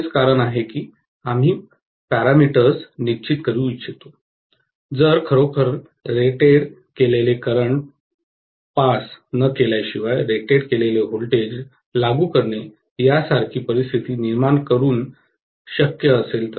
हेच कारण आहे की आम्ही पॅरामीटर्स निश्चित करू इच्छितो जर खरोखर रेट केलेले करंट पास न केल्याशिवाय रेट केलेले व्होल्टेज लागू करणे यासारखी परिस्थिती निर्माण करून शक्य असेल तर